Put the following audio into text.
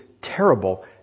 terrible